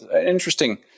interesting